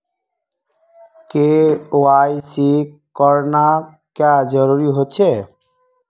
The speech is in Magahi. के.वाई.सी करना क्याँ जरुरी होचे?